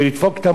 הוא רב.